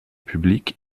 public